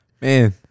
Man